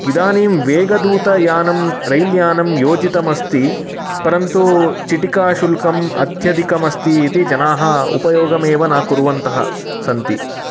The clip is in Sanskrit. इदानीं वेगदूतयानं रैल्यानं योजितम् अस्ति परन्तु चीटिका शुल्कम् अत्यधिकम् अस्ति इति जनाः उपयोगम् एव न कुर्वन्तः सन्ति